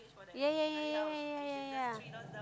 ya ya ya ya ya ya